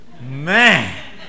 Man